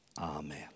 Amen